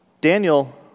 Daniel